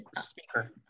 speaker